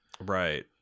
Right